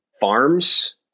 farms